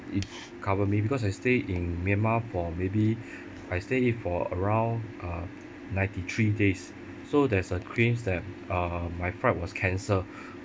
if cover me because I stay in myanmar for maybe I stay in for around uh ninety three days so there's a claims that uh my flight was cancel